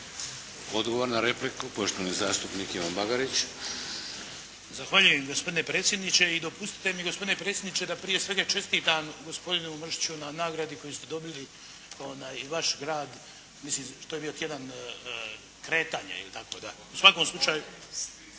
Odgovor na repliku poštovani zastupnik Ivan Bagarić. **Bagarić, Ivan (HDZ)** Zahvaljujem gospodine predsjedniče i dopustite mi gospodine predsjedniče da prije svega čestitam gospodinu Mršiću na nagradi koju ste dobili i vaš grad mislim što je bio tjedan kretanja ili tako. U svakom slučaju